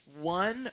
one